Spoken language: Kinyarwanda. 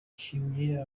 nshimiye